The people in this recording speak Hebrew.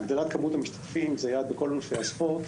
הגדלת מספר המשתתפים הוא יעד בכל ענפי הספורט,